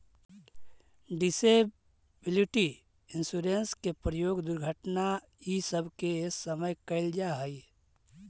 disability insurance के प्रयोग दुर्घटना इ सब के समय कैल जा हई